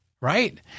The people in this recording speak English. Right